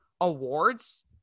awards